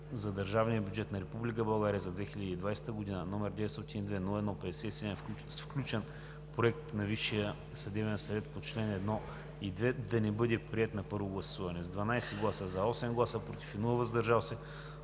за държавния бюджет на Република България за 2020 г., № 902-01-57, с включен проект на Висшия съдебен съвет по чл. 1 и 2, да не бъде приет на първо гласуване; - с 12 гласа „за“, 8 гласа „против“ и без „въздържал се“